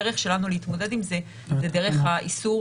הדרך שלנו להתמודד עם זה היא דרך האיסור